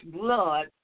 blood